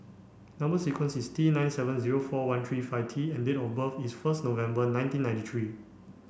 number sequence is T nine seven four one three five T and date of birth is first November nineteen ninety three